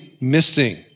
missing